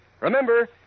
Remember